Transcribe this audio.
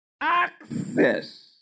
access